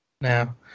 now